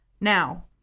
Now